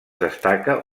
destaca